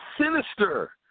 sinister